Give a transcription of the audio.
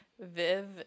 Viv